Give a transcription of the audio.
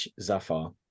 Zafar